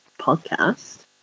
podcast